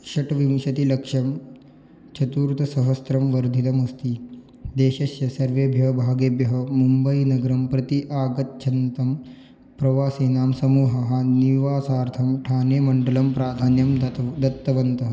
षट्विंशतिलक्षं चतुस्सहस्रं वर्धितमस्ति देशस्य सर्वेभ्यः भागेभ्यः मुम्बैनगरं प्रति आगच्छतां प्रवासीनां समूहः निवासार्थं ठानेमण्डलं प्राधान्यं दत्वा दत्तवन्तः